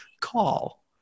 call